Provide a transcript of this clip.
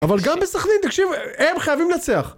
אבל גם בני סכנין, תקשיב, הם חייבים לנצח.